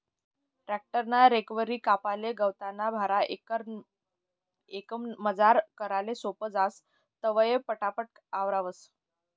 tractor ना रेकवरी कापेल गवतना भारा एकमजार कराले सोपं जास, तवंय पटापट आवरावंस